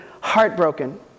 heartbroken